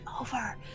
over